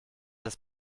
das